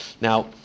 Now